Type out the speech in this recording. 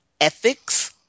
ethics